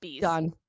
done